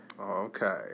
Okay